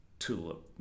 tulip